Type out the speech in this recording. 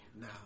Now